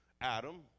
Adam